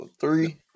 three